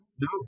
No